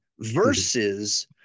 versus